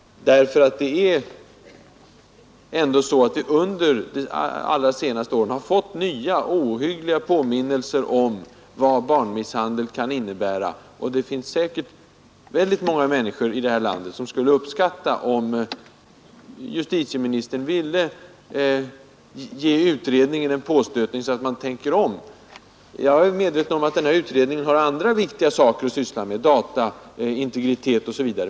Vi har dock under de allra senaste åren fått nya och ohyggliga påminnelser om vad barnmisshandel kan innebära. Säkert skulle väldigt många människor här i landet uppskatta om justitieministern ville ge utredningen en påstötning så att man tänker om. Jag är medveten om att denna utredning har andra viktiga frågor att syssla med, dataintegritet m.m.